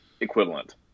equivalent